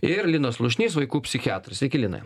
ir linas slušnys vaikų psichiatras sveiki linai